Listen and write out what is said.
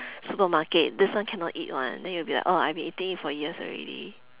supermarket this one cannot eat one then you will be like oh I've been eating it for years already